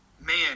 man